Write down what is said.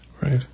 Right